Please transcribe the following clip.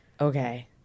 okay